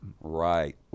right